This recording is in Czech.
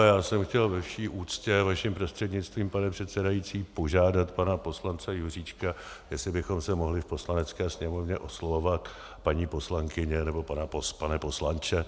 Já jsem chtěl ve vší úctě vaším prostřednictvím, pane předsedající, požádat pana poslance Juříčka, jestli bychom se mohli v Poslanecké sněmovně oslovovat paní poslankyně nebo pane poslanče.